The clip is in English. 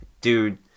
Dude